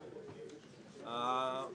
חבר הכנסת שלח, כן.